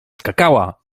skakała